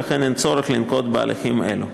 ולכן אין צורך לנקוט הליכים כאלו.